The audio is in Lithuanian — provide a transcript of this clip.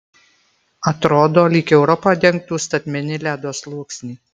atrodo lyg europą dengtų statmeni ledo sluoksniai